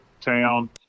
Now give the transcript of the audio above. town